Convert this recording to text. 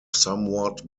somewhat